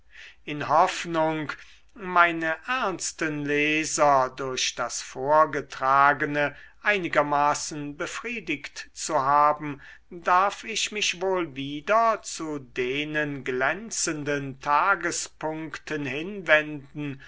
in hoffnung meine ernsten leser durch das vorgetragene einigermaßen befriedigt zu haben darf ich mich wohl wieder zu denen glänzenden tagespunkten hinwenden